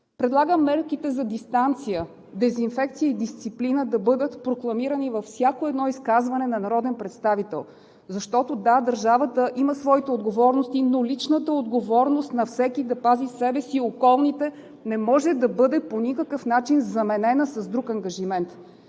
Предлагам мерките за дистанция, дезинфекция и дисциплина да бъдат прокламирани във всяко едно изказване на народен представител, защото, да, държавата има своите отговорности, но личната отговорност на всеки да пази себе си и околните не може да бъде по никакъв начин заменена с друг ангажимент!